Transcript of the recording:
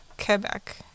Quebec